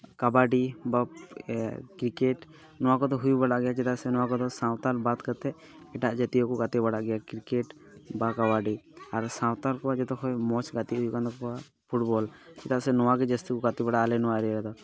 ᱠᱟᱵᱟᱰᱤ ᱵᱟ ᱠᱨᱤᱠᱮᱹᱴ ᱱᱚᱣᱟ ᱠᱚᱫᱚ ᱦᱩᱭ ᱵᱟᱲᱟᱜ ᱜᱮᱭᱟ ᱪᱮᱫᱟᱜ ᱥᱮ ᱱᱚᱣᱟ ᱠᱚᱫᱚ ᱥᱟᱶᱛᱟᱞ ᱵᱟᱫ ᱠᱟᱛᱮᱫ ᱮᱴᱟᱜ ᱡᱟᱹᱛᱤ ᱦᱚᱠᱚ ᱜᱟᱛᱮ ᱵᱟᱲᱟᱜ ᱜᱮᱭᱟ ᱠᱨᱤᱠᱮᱹᱴ ᱵᱟ ᱠᱟᱵᱟᱰᱤ ᱟᱨ ᱥᱟᱶᱛᱟᱞ ᱠᱚᱣᱟᱜ ᱡᱚᱛᱚ ᱠᱷᱚᱡ ᱢᱚᱡᱽ ᱜᱟᱛᱮᱜ ᱦᱩᱭᱩᱜ ᱠᱟᱱ ᱛᱟᱠᱚᱣᱟ ᱯᱷᱩᱴᱵᱚᱞ ᱪᱮᱫᱟᱜ ᱥᱮ ᱱᱚᱣᱟ ᱜᱮ ᱡᱟᱹᱥᱛᱤ ᱠᱚ ᱜᱟᱛᱮ ᱵᱟᱲᱟᱜᱼᱟ ᱟᱞᱮ ᱱᱚᱣᱟ ᱮᱨᱤᱭᱟ ᱨᱮᱫᱚ